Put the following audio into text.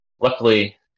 Luckily